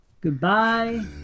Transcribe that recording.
Goodbye